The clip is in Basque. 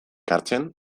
hartzen